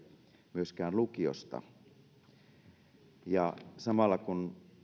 myöskään lukiosta erillinen asia ja samalla kun